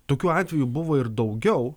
tokiu atveju buvo ir daugiau